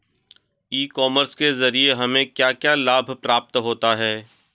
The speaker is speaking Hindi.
ई कॉमर्स के ज़रिए हमें क्या क्या लाभ प्राप्त होता है?